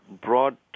broad